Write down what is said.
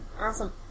Awesome